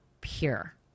pure